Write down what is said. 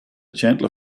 chandler